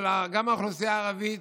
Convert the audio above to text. אבל גם האוכלוסייה הערבית,